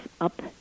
up